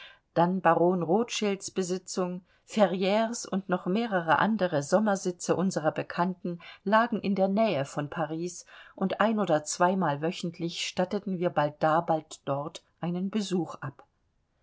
dann baron rothschilds besitzung ferrires und noch mehrere andere sommersitze unserer bekannten lagen in der nähe von paris und ein oder zweimal wöchentlich statteten wir bald da bald dort einen besuch ab